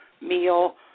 meal